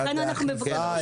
אחד לאכיפה,